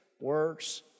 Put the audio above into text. works